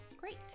Great